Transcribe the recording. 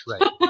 Right